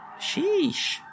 Sheesh